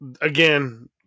Again